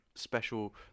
special